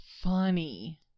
funny